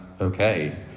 okay